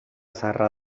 zaharra